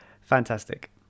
Fantastic